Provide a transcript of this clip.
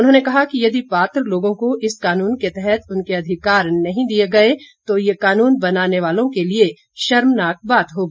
उन्होंने कहा कि यदि पात्र लोगों को इस कानून के तहत उनके अधिकार नहीं दिए गए तो ये कानून बनाने वालों के लिए शर्मनाक बात होगी